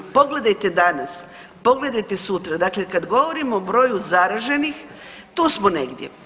Pogledajte danas, pogledajte sutra, dakle kad govorimo o broju zaraženih, tu smo negdje.